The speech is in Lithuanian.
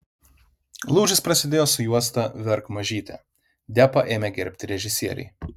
lūžis prasidėjo su juosta verk mažyte depą ėmė gerbti režisieriai